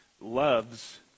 loves